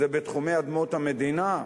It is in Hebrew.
זה בתחומי אדמות המדינה?